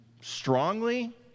strongly